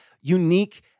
unique